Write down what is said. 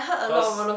because